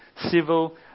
civil